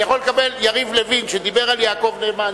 אני יכול לקבל יריב לוין שדיבר על יעקב נאמן,